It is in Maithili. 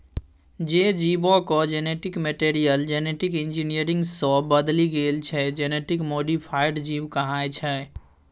जे जीबक जेनेटिक मैटीरियल जेनेटिक इंजीनियरिंग सँ बदलि गेल छै जेनेटिक मोडीफाइड जीब कहाइ छै